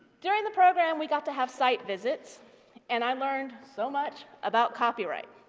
during the program we got to have site visits and i learned so much about copyright